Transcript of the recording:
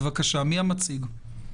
מי מציג?